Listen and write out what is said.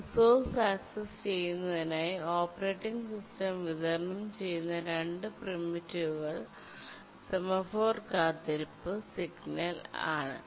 resource access ചെയ്യുന്നതിനായി operating system വിതരണം ചെയ്യുന്ന രണ്ട് പ്രൈമിറ്റീവുകൾ സെമാഫോർ കാത്തിരിപ്പ്സിഗ്നൽ ആണ്